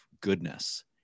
goodness